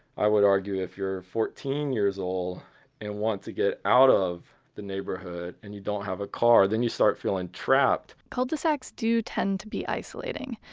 i would argue if you're fourteen years old and want to get out of the neighborhood and you don't have a car. then you start feeling trapped cul-de-sacs do tend to be isolating.